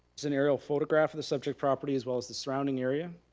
is an aerial photograph of the subject property as well as the surrounding area.